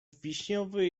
wiśniowy